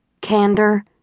Candor